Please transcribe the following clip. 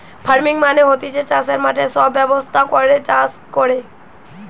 farming মানে হতিছে চাষের মাঠে সব ব্যবস্থা করে চাষ কোরে